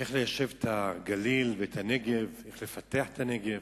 איך ליישב את הגליל ואת הנגב, איך לפתח את הנגב.